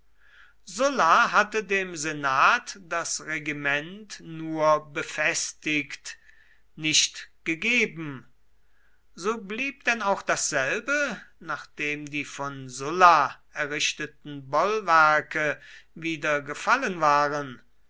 sulla hatte dem senat das regiment nur befestigt nicht gegeben so blieb denn auch dasselbe nachdem die von sulla errichteten bollwerke wieder gefallen waren